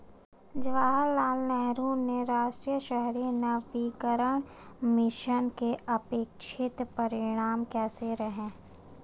जवाहरलाल नेहरू राष्ट्रीय शहरी नवीकरण मिशन के अपेक्षित परिणाम कैसे रहे?